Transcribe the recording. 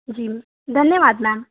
जी ma'am धन्यवाद ma'am